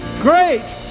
Great